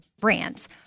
brands